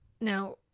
Now